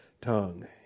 tongue